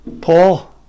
Paul